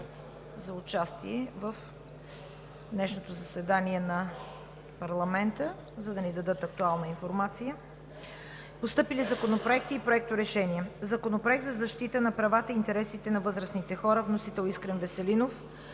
да участват в днешното заседание на парламента, за да дадат актуална информация. Постъпили законопроекти и проекторешения. Законопроект за защита на правата и интересите на възрастните хора. Вносител – народният